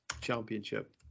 Championship